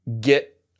get